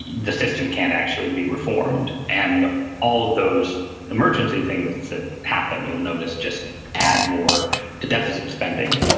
the system can't actually be reformed. and all of those emergency things that happen, you'll notice, just add more to deficit spending.